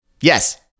Yes